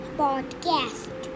podcast